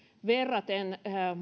verraten